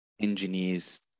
engineers